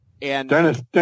Dennis